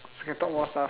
can talk more stuff